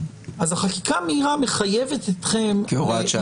אז החקיקה מהירה מחייבת אתכם --- כהוראת השעה.